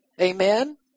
Amen